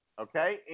Okay